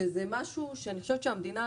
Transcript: שזה משהו שאני חושבת שהמדינה,